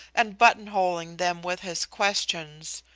and button-holing them with his questions.